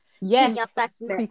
Yes